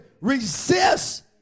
resist